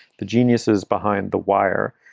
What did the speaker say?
the geniuses behind the wire.